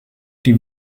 die